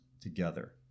together